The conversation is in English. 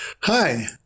hi